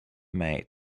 made